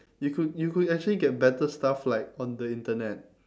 you could you could actually get better stuff like on the internet